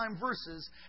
verses